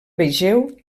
vegeu